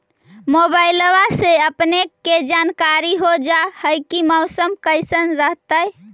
मोबाईलबा से अपने के जानकारी हो जा है की मौसमा कैसन रहतय?